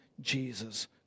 Jesus